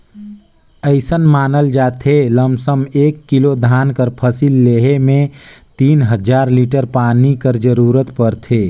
अइसन मानल जाथे लमसम एक किलो धान कर फसिल लेहे में तीन हजार लीटर पानी कर जरूरत परथे